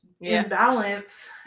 imbalance